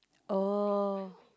oh